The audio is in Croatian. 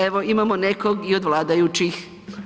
Evo, imamo nekog i od vladajućih.